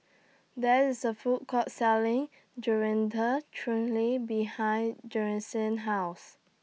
There IS A Food Court Selling Chutney behind House